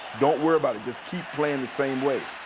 don't worry about it. just keep playing the same way.